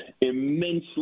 immensely